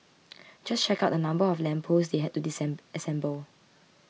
just check out the number of lamp posts they had to assemble